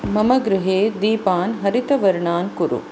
मम गृहे दीपान् हरितवर्णान् कुरु